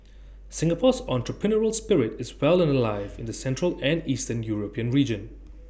Singapore's entrepreneurial spirit is well and alive in the central and eastern european region